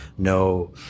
no